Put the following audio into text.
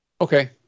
Okay